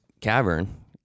cavern